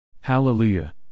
Hallelujah